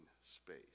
space